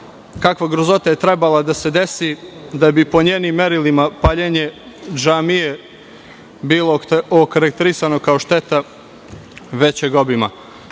kakva grozota je trebala da se desi da bi, po njenim merilima, paljenje džamije bilo okarakterisano kao šteta većeg